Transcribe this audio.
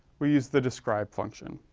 we use the describe function.